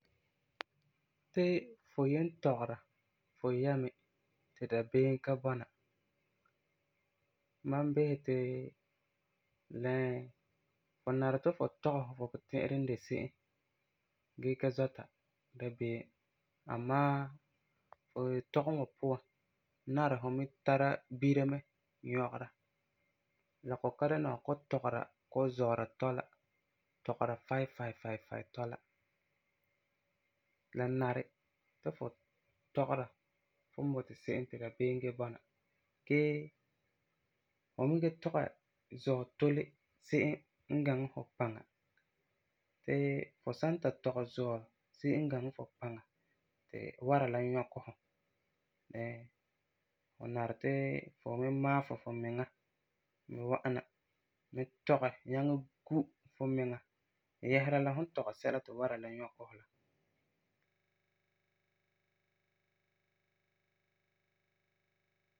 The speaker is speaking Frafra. Ti fu yen tɔgera fu yɛmi ti dabeem ka bɔna, mam bisɛ ti ɛɛ, la nari ti fu tɔgɛ fu puti'irɛ n de se'em gee ka zɔta dabeem, amaa fu yetɔm wa puan nari fu me tara bira mɛ nyɔgera. La kɔ'ɔm ka dɛna fu kɔ'ɔm tɔgera zɔɔra dɔla, tɔgera fai fai fai fai tɔla, la nari ti fu tɔgera fum boti se'em ti dabeem da bɔna gee fu me da tɔgɛ zɔi tole se'em n gaŋɛ fu paŋa, ti fu san ta tɔgɛ zɔi se'em n gaŋɛ fu paŋa ti wara la nyɔkɛ fu, ɛɛla nari ti fu me maasum fumiŋa me wa'am na, me tɔgɛ gu fumiŋa yɛsera la fum tɔgɛ sɛla ti wara la nyɔkɛ fu la.